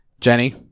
Jenny